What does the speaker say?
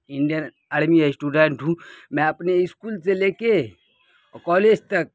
Indian army student ہوں میں اپنے اسکول سے لے کے کالج تک